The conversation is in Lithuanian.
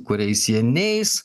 kuriais jie neis